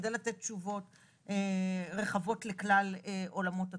כדי לתת תשובות רחבות לכלל עולמות התוכן.